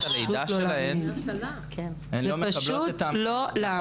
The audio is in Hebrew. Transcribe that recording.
הלידה שלהן --- זה פשוט לא להאמין.